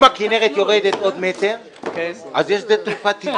אם הכנרת יורדת עוד מטר אז יש שדה תעופה טבעי.